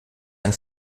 ein